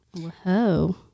Whoa